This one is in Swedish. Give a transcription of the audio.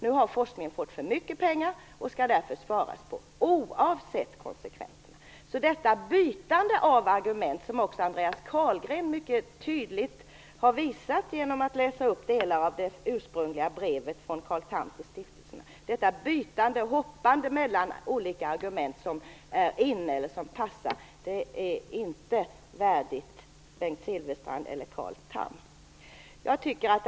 Nu har forskningen fått för mycket pengar och det skall därför sparas - oavsett konsekvenserna. Detta bytande av argument, som Andreas Carlgren mycket tydligt har visat genom att läsa upp delar av det ursprungliga brevet från Carl Tham till stiftelserna, detta hoppande mellan olika argument som är inne eller som passar är inte värdigt Bengt Silfverstrand eller Carl Tham.